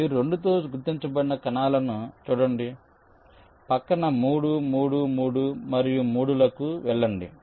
మీరు 2 తో గుర్తించబడిన కణాలను చూడండి పొరుగువారి 3 3 3 మరియు 3 లకు వెళ్లండి